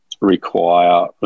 require